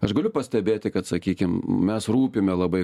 aš galiu pastebėti kad sakykim mes rūpime labai